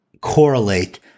correlate